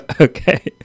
Okay